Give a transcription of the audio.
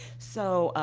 so, ah,